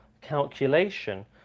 calculation